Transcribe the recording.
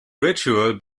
ritual